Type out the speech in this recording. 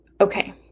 Okay